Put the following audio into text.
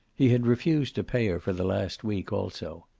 he had refused to pay her for the last week, also.